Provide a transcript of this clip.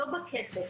לא בכסף,